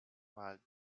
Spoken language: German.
mal